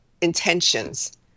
intentions